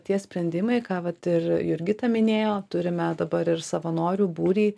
tie sprendimai ką vat ir jurgita minėjo turime dabar ir savanorių būrį